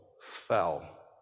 fell